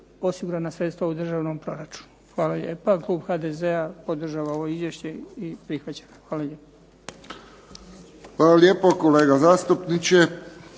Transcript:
osigurana sredstva u državnom proračunu. Klub HDZ-a podržava ovo izvješće i prihvaća. Hvala lijepa. **Friščić, Josip